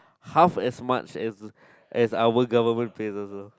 half as much as as our government pay also